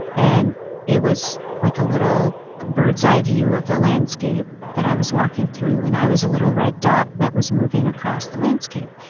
and it was like a little bird's-eye view of the landscape that i was walking through, and i was a little red dot that was moving across the landscape.